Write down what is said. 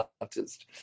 artist